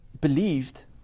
believed